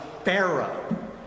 Pharaoh